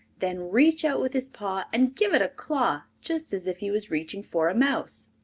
then reach out with his paw and give it a claw just as if he was reaching for a mouse.